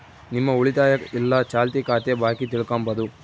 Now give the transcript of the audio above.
ನಿಮ್ಮ ಉಳಿತಾಯ ಇಲ್ಲ ಚಾಲ್ತಿ ಖಾತೆ ಬಾಕಿ ತಿಳ್ಕಂಬದು